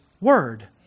word